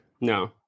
No